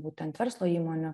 būtent verslo įmonių